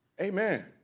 Amen